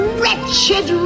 wretched